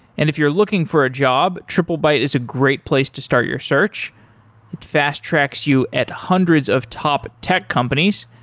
and if you're looking for a job, triplebyte is a great place to start your search, it fast-tracks you at hundreds of top tech companies.